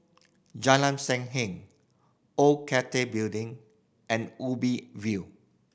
Jalan Sam Heng Old Cathay Building and Ubi View